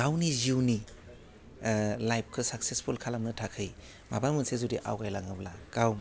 गावनि जिउनि ओह लाइफखौ साखसेसफुल खालामनो थाखै माबा मोनसे जुदि आवगायलाङोब्ला गाव